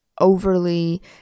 overly